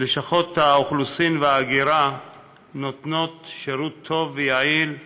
לשכות האוכלוסין וההגירה נותנות שירות טוב ויעיל לכולם,